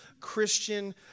Christian